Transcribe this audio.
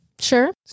Sure